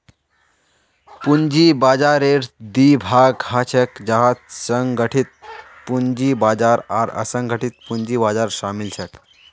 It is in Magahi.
पूंजी बाजाररेर दी भाग ह छेक जहात संगठित पूंजी बाजार आर असंगठित पूंजी बाजार शामिल छेक